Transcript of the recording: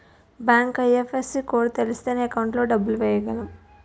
bank IFSC code తెలిస్తేనే account లో డబ్బులు ఎయ్యగలం